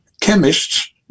chemists